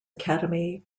academy